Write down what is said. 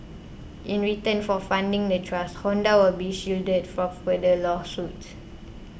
in return for funding the trust Honda will be shielded from further lawsuits